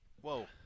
Whoa